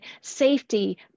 safety